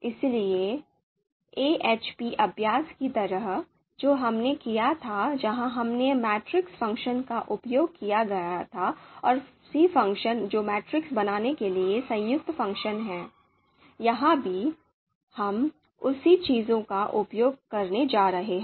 इसलिएAHP अभ्यास की तरह जो हमने किया था जहां हमने मैट्रिक्स फ़ंक्शन का उपयोग किया था और सी फ़ंक्शन जो मैट्रिक्स बनाने के लिए संयुक्त फ़ंक्शन है यहां भी हम उसी चीज़ का उपयोग करने जा रहे हैं